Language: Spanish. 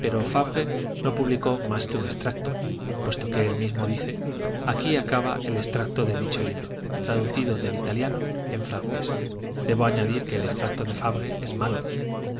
pero fabre no publicó mas que un extracto puesto que él mismo dice aquí acaba el extracto de dicho libro traducido del italiano en francés debo añadir que el extracto de fabre es malo